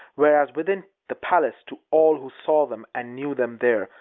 whereas, within the palace, to all who saw them and knew them there,